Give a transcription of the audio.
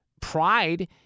pride